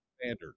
standard